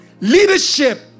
leadership